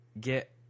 get